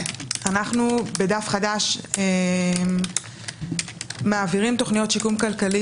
אנחנו בדף חדש מעבירים תוכניות שיקום כלכלי